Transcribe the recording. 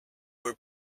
were